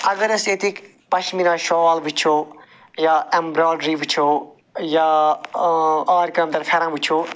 اگر أسۍ ییٚتِکۍ پشمیٖنا شال وٕچھو یا اٮ۪مبراڈری وٕچھو یا آرِ کامہِ دار پٮ۪رن وٕچھو